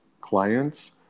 clients